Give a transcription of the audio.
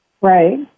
Right